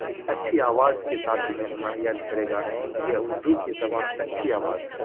ایک اچھی آواز کے ساتھ میں مہمان کرے گا کیونکہ اردو کی زبان اچھی آواز ہے